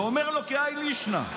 ואומר לו: כהאי לישנא.